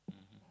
mmhmm